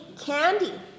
Candy